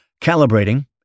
calibrating